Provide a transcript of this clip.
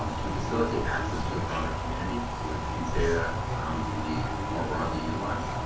um to facilitate access to the broader community so that these data can be more broadly utilized,